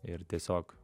ir tiesiog